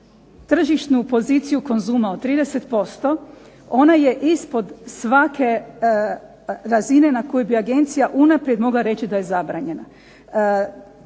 tržišnu poziciju Konzuma od 30% ona je ispod svake razine na koju bi agencija unaprijed mogla reći da je zabranjena.